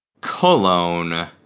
Cologne